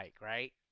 Right